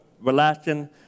relaxing